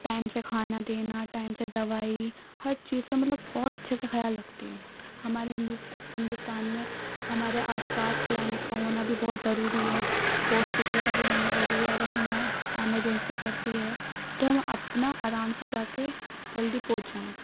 time سے کھانا دینا ٹائم سے دوائی ہر چیز کا مطلب بہت اچھے سے خیال رکھتے ہیں ہمارے ہندوستان میں ہمارے آس پاس کلینک کا ہونا بھی بہت ضروری ہے ہوسپٹل کا بھی ہونا ضروری ہے اگر ہمیں ایمرجینسی پڑتی ہے تو ہم اپنا آرام سے جا کے جلدی پہنچ جائیں